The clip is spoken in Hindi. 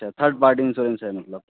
अच्छा थर्ड पार्टी इंश्योरेंस है मतलब